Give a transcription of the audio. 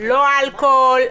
לא אלכוהול.